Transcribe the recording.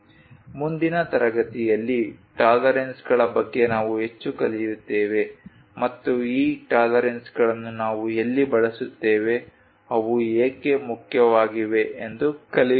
ಮುಂದಿನ ತರಗತಿಯಲ್ಲಿ ಟಾಲರೆನ್ಸ್ಗಳ ಬಗ್ಗೆ ನಾವು ಹೆಚ್ಚು ಕಲಿಯುತ್ತೇವೆ ಮತ್ತು ಈ ಟಾಲರೆನ್ಸ್ಗಳನ್ನು ನಾವು ಎಲ್ಲಿ ಬಳಸುತ್ತೇವೆ ಅವು ಏಕೆ ಮುಖ್ಯವಾಗಿವೆ ಎಂದು ಕಲಿಯುತ್ತೇವೆ